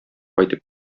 кайтып